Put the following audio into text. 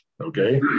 okay